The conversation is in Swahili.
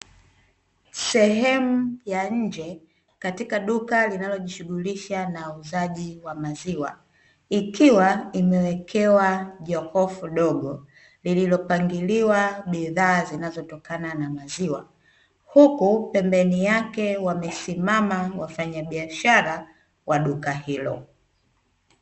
Sehemu ya nje katika duka linalojishughulisha na uuzaji wa maziwa, ikiwa imewekewa jokofu dogo lililopakiliwa bidhaa zinazotokana na maziwa, huku pembeni yake wamesimama wafanya biashara wa duka hilo.